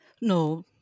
No